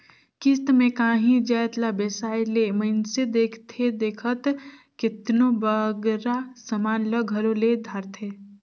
किस्त में कांही जाएत ला बेसाए ले मइनसे देखथे देखत केतनों बगरा समान ल घलो ले धारथे